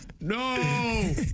No